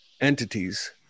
entities